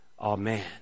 Amen